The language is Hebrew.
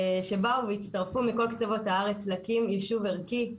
שבאו והצטרפו מכל קצוות הארץ להקים יישוב ערכי.